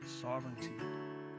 sovereignty